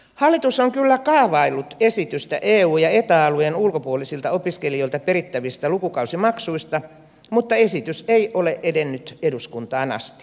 hallitus on kyllä kaavaillut esitystä eu ja eta alueen ulkopuolisilta opiskelijoilta perittävistä lukukausimaksuista mutta esitys ei ole edennyt eduskuntaan asti